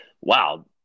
wow